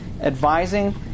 advising